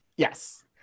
Yes